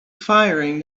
firing